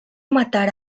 matar